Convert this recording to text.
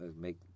make